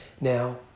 Now